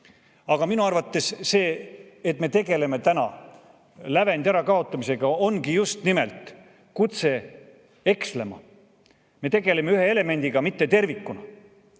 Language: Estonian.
Aga minu arvates see, et me tegeleme lävendi ärakaotamisega, ongi just nimelt kutse ekslema. Me tegeleme ühe elemendiga, mitte tervikuga.